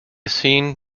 scene